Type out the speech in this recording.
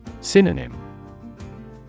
Synonym